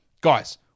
guys